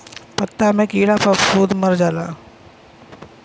पत्ता मे कीड़ा फफूंद मर जाला